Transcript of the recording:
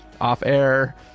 off-air